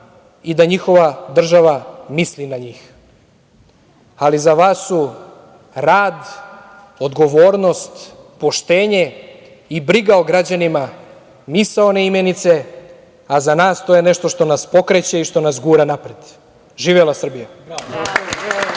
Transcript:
i da njihova država misli na njih. Ali, za vas su rad, odgovornost, poštenje i briga o građanima misaone imenice, a za nas to je nešto što nas pokreće i što nas gura napred. Živela Srbija.